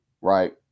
right